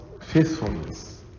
faithfulness